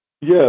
Yes